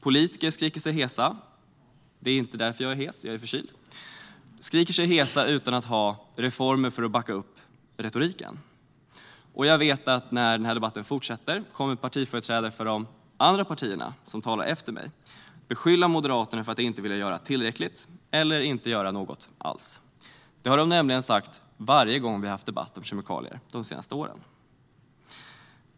Politiker skriker sig hesa - det är inte därför jag är hes, utan jag är förkyld - utan att ha reformer för att backa upp retoriken. Jag vet att när den här debatten fortsätter kommer partiföreträdare för de andra partierna, som talar efter mig, att beskylla Moderaterna för att inte vilja göra tillräckligt eller inte göra något alls. Det har de nämligen sagt varje gång som vi haft debatt om kemikalier de senaste åren.